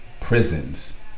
prisons